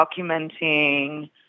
documenting